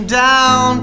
down